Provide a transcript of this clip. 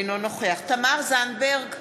אינו נוכח תמר זנדברג,